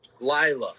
Lila